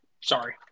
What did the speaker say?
Sorry